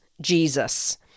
Jesus